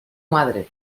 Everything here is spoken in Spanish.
madre